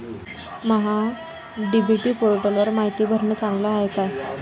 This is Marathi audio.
महा डी.बी.टी पोर्टलवर मायती भरनं चांगलं हाये का?